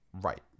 Right